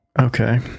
Okay